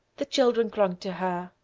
the children clung to her,